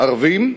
ערבים,